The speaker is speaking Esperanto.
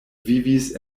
vivis